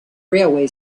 railway